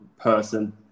person